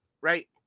right